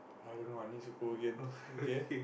i don't know I need to go against